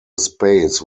space